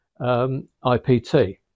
IPT